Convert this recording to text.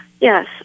Yes